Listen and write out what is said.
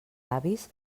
avis